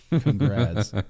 Congrats